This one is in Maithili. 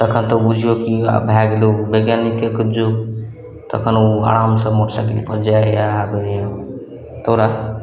तखन तऽ बुझियौ आब भए गेलय ओ वैज्ञानिके युग तखन ओ आरामसँ मोटरसाइकिलपर जाइ यऽ आबय यऽ तऽ ओकरा